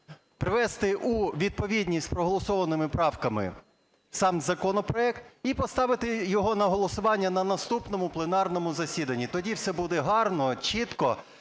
привести у відповідність із проголосованими правками сам законопроект і поставити його на голосування на наступному пленарному засіданні. Тоді все буде гарно, чітко